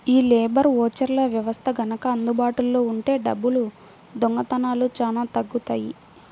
యీ లేబర్ ఓచర్ల వ్యవస్థ గనక అందుబాటులో ఉంటే డబ్బుల దొంగతనాలు చానా తగ్గుతియ్యి